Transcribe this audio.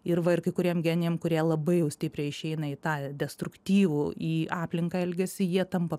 ir va ir kai kuriem genijam kurie labai jau stipriai išeina į tą destruktyvų į aplinką elgesį jie tampa